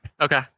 Okay